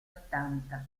ottanta